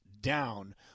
down